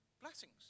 blessings